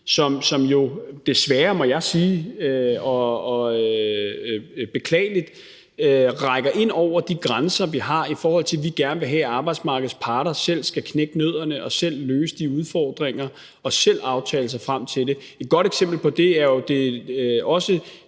som jo desværre, må jeg sige, og beklageligt rækker ind over de grænser, vi har, i forhold til at vi gerne vil have, at arbejdsmarkedets parter selv skal knække nødderne, selv skal løse udfordringerne og selv aftale sig frem til det. Et godt eksempel på det er jo også